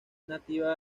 nativa